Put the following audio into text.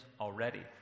already